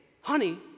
honey